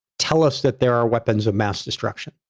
tell us that there are weapons of mass destruction.